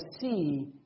see